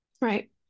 Right